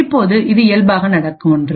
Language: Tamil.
இப்போது இது இயல்பாக நடக்கும் ஒன்று